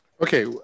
Okay